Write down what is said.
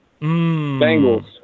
Bengals